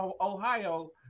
Ohio